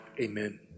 Amen